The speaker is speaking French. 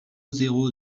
zéro